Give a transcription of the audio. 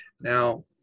Now